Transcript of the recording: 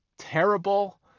terrible